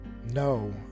no